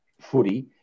footy